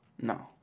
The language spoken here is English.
No